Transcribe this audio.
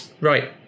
Right